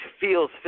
feels